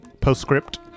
postscript